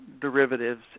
derivatives